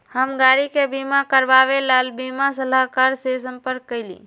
हम गाड़ी के बीमा करवावे ला बीमा सलाहकर से संपर्क कइली